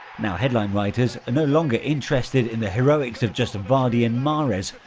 now, headline writers are no longer interested in the heroics of just vardy and mahrez,